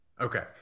Okay